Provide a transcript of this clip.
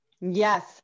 Yes